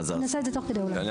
נעשה את זה תוך כדי אולי.